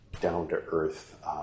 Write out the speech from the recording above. down-to-earth